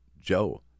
Joe